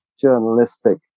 journalistic